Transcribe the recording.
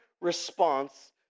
response